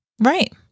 Right